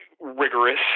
rigorous